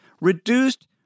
reduced